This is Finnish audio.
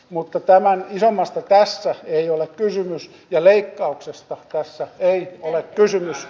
mutta tämän isommasta tässä ei ole kysymys ja leikkauksesta tässä ei ole kysymys